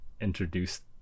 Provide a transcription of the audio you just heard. introduced